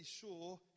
sure